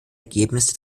ergebnis